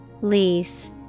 lease